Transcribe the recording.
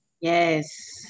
Yes